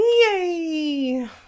Yay